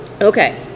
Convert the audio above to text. okay